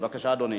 בבקשה, אדוני.